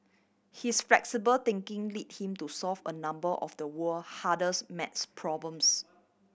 his flexible thinking led him to solve a number of the world hardest maths problems